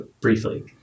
briefly